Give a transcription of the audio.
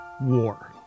war